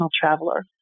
traveler